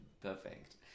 perfect